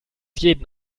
jeden